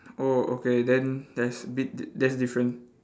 oh okay then that's a bit that's different